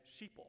sheeple